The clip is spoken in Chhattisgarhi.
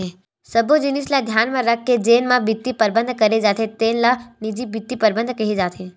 सब्बो जिनिस ल धियान म राखके जेन म बित्त परबंध करे जाथे तेन ल निजी बित्त परबंध केहे जाथे